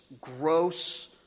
gross